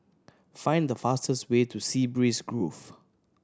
find the fastest way to Sea Breeze Grove